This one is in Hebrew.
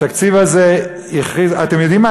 התקציב הזה, אתם יודעים מה?